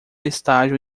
estágio